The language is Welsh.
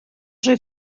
rwyf